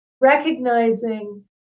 Recognizing